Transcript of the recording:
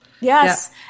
Yes